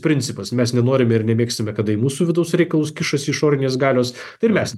principas mes nenorime ir nemėgsime kad į mūsų vidaus reikalus kišasi išorinės galios ir mes